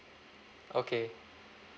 okay